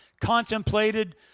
contemplated